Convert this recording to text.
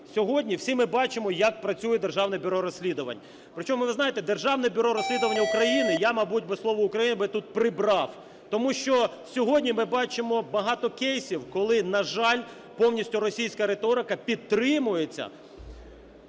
сьогодні всі ми бачимо, як працює Державне бюро розслідувань. Причому, ви знаєте, Державне бюро розслідувань України, я, мабуть, би слово "України" би тут прибрав, тому що сьогодні ми бачимо багато кейсів, коли, на жаль, повністю російська риторика підтримується